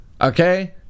okay